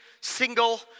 single